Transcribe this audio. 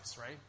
right